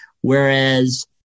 Whereas